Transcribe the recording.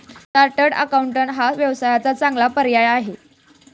chartered accountant हा व्यवसायाचा चांगला पर्याय आहे